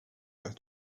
worth